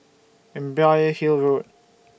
Imbiah Hill Road